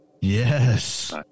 Yes